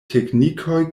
teknikoj